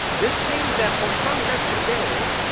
this means that for some here today,